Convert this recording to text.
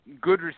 good